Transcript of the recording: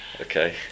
Okay